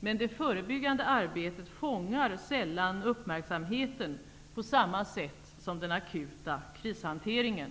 Men det förebyggande arbetet fångar sällan uppmärksamheten på samma sätt som den akuta krishanteringen.